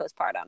postpartum